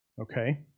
Okay